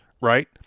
right